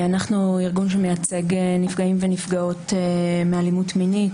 אנחנו ארגון שמייצג נפגעים ונפגעות מאלימות מינית,